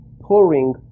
pouring